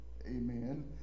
Amen